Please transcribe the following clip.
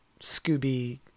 Scooby